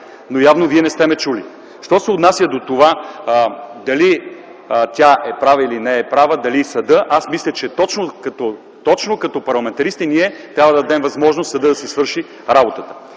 но явно Вие не сте ме чули. Що се отнася до това дали тя е права или не, или съдът, аз мисля, че точно ние като парламентаристи трябва да дадем възможност той да си свърши работата.